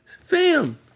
Fam